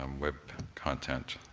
um web content.